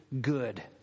good